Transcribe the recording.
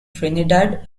trinidad